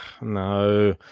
no